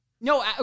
No